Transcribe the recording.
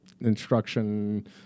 instruction